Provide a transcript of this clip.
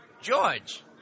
George